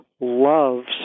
loves